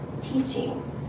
teaching